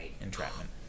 entrapment